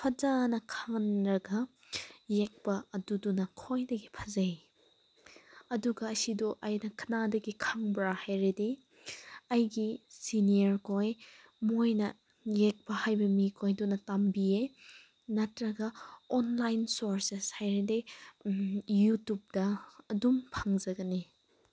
ꯐꯖꯅ ꯈꯜꯂꯒ ꯌꯦꯛꯄ ꯑꯗꯨꯗꯨꯅ ꯈ꯭ꯋꯥꯏꯗꯒꯤ ꯐꯖꯩ ꯑꯗꯨꯒ ꯑꯁꯤꯗꯣ ꯑꯩꯅ ꯀꯅꯥꯗꯒꯤ ꯈꯪꯕ꯭ꯔ ꯍꯥꯏꯔꯗꯤ ꯑꯩꯒꯤ ꯁꯤꯅꯤꯌꯔ ꯈꯣꯏ ꯃꯣꯏꯅ ꯌꯦꯛꯄ ꯍꯩꯕ ꯃꯤꯈꯣꯏ ꯑꯗꯨꯅ ꯇꯝꯕꯤꯌꯦ ꯅꯠꯇ꯭ꯔꯒ ꯑꯣꯟꯂꯥꯏꯟ ꯁꯣꯔꯁꯦꯁ ꯍꯥꯏꯔꯗꯤ ꯌꯨꯇꯨꯕꯇ ꯑꯗꯨꯝ ꯐꯪꯖꯒꯅꯤ